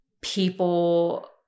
people